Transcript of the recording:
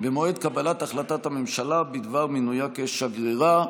במועד קבלת החלטת הממשלה בדבר מינויה כשגרירה.